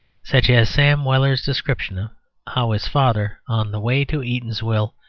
such as sam weller's description of how his father, on the way to eatanswill,